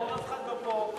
אף אחד לא פה.